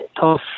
tough